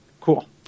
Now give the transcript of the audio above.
Cool